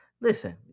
Listen